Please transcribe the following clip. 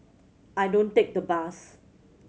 I don't take the bus